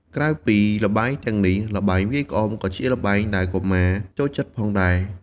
ក្រៅពីល្បែងទាំងនេះ ល្បែងវាយក្អមក៏ជាល្បែងដែលកុមារចូលចិត្តផងដែរ។